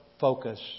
focus